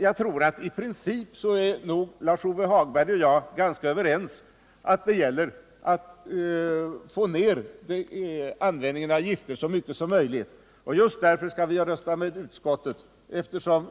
Jag tror att Lars-Ove Hagberg och jag i princip är överens om att det gäller att få ned användningen av gifter så mycket som möjligt. Just därför skall vi rösta med utskottet, eftersom